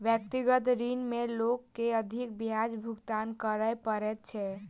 व्यक्तिगत ऋण में लोक के अधिक ब्याज भुगतान करय पड़ैत छै